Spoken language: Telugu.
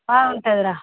బాగుంటుందిరా